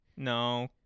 No